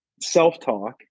self-talk